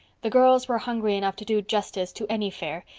the girls were hungry enough to do justice to any fare,